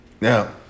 Now